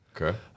Okay